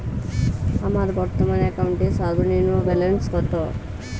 আমার বর্তমান অ্যাকাউন্টের সর্বনিম্ন ব্যালেন্স কত?